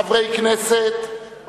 חברי כנסת,